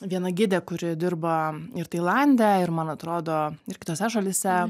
vieną gidę kuri dirba ir tailande ir man atrodo ir kitose šalyse